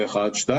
שנית,